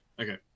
okay